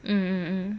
mm